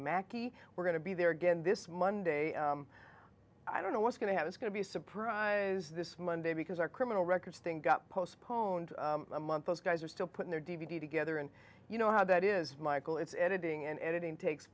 mackey we're going to be there again this monday i don't know what's going to have is going to be a surprise this monday because our criminal records thing got postponed a month those guys are still putting their d v d together and you know how that is michael it's editing and editing takes